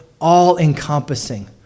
all-encompassing